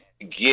get